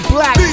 Black